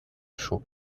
chaux